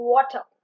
Water